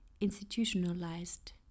institutionalized